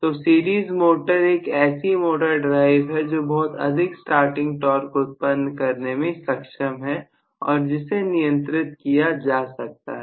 तो series motor एक ऐसी मोटर ड्राइव है जोबहुत अधिक स्टार्टिंग टॉर्क उत्पन्न करने में सक्षम है और जिसे नियंत्रित किया जा सकता है